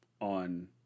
on